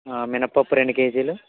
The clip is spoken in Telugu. మినప్పప్పు రెండు కేజీలు